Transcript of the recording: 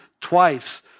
twice